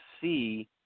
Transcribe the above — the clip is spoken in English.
see